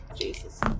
Jesus